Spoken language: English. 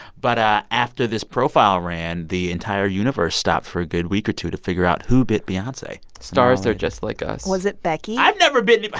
but after this profile ran, the entire universe stopped for a good week or two to figure out who bit beyonce stars are just like us was it becky? i've never bitten. but